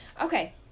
Okay